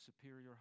superior